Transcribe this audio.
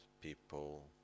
people